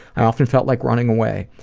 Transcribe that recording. i often felt like running away.